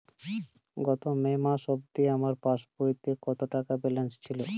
গত মে মাস অবধি আমার পাসবইতে কত টাকা ব্যালেন্স ছিল?